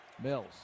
Mills